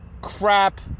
crap